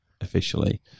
Officially